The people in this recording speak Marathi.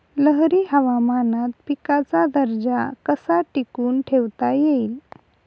लहरी हवामानात पिकाचा दर्जा कसा टिकवून ठेवता येईल?